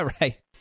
Right